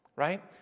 Right